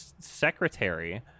secretary